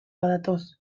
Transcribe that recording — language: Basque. badatoz